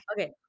Okay